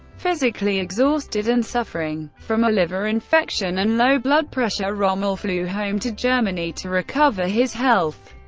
physically exhausted and suffering from a liver infection and low blood pressure, rommel flew home to germany to recover his health.